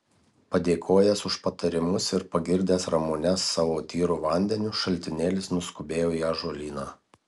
padėkojęs už patarimus ir pagirdęs ramunes savo tyru vandeniu šaltinėlis nuskubėjo į ąžuolyną